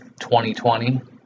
2020